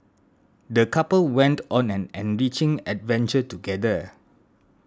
the couple went on an enriching adventure together